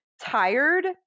tired